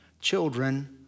children